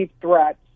threats